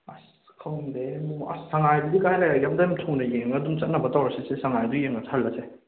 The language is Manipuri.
ꯑꯁ ꯈꯪꯗꯦ ꯃꯨ ꯑꯁ ꯁꯉꯥꯏꯗꯨꯕꯨ ꯀꯗꯥꯏ ꯂꯩꯔꯒꯦ ꯑꯝꯇꯪ ꯊꯨꯅ ꯌꯦꯡꯉ ꯌꯨꯝ ꯆꯠꯅꯕ ꯇꯧꯔꯁꯤꯁꯦ ꯁꯉꯥꯏꯗꯨ ꯌꯦꯡꯉ ꯍꯜꯂꯁꯦ